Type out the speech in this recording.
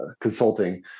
consulting